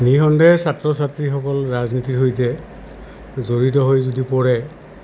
নিঃসন্দেহে ছাত্ৰ ছাত্ৰীসকল ৰাজনীতিৰ সৈতে জড়িত হৈ যদি পৰে